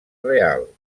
real